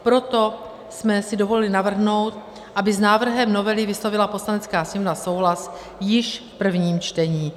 Proto jsme si dovolili navrhnout, aby s návrhem novely vyslovila Poslanecká sněmovna souhlas již v prvním čtení.